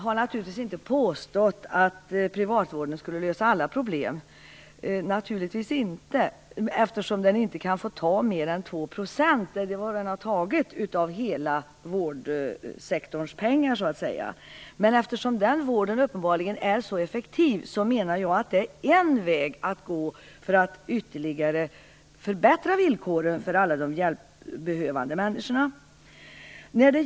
Fru talman! Jag har inte påstått att privatvården skulle lösa alla problem. Så är det naturligtvis inte. Den får ju inte ta mer än 2 %- alltså det vi redan har tagit - av hela vårdsektorns pengar. Men eftersom denna vård uppenbarligen är effektiv, menar jag att det är en väg att gå för att ytterligare förbättra villkoren för alla hjälpbehövande människor.